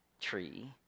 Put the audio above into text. tree